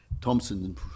Thompson